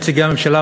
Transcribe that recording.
נציגי הממשלה,